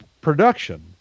production